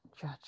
judge